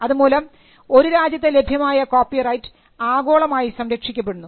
അതുമൂലം ഒരു രാജ്യത്ത് ലഭ്യമായ കോപ്പിറൈറ്റ് ആഗോളമായി സംരക്ഷിക്കപ്പെടുന്നു